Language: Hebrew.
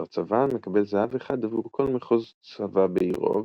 שר צבא - מקבל זהב אחד עבור כל מחוז צבא העירו,